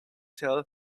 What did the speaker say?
tell